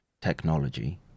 technology